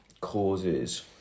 causes